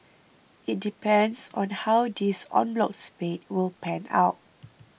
it depends on how this en bloc spate will pan out